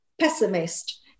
pessimist